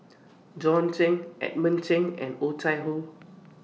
John Clang Edmund Cheng and Oh Chai Hoo